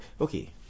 Okay